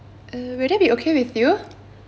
uh will that be okay with you